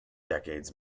decades